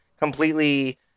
completely